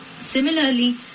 Similarly